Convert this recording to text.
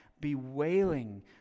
bewailing